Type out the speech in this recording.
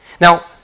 Now